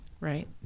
Right